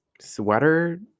sweater